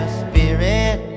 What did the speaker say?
spirit